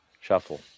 shuffle